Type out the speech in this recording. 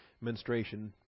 menstruation